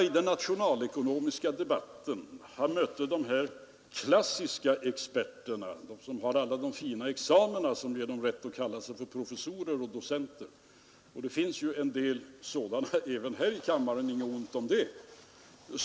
I den nationalekonomiska debatten har jag mött de klassiska experterna, de som har alla de fina examina som ger dem rätt att kalla sig professorer och docenter — det finns en del sådana även här i kammaren, och inget ont om det.